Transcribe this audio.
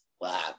wow